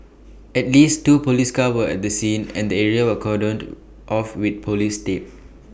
at least two Police cars were at the scene and the area were cordoned off with Police tape